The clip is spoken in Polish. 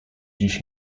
dziś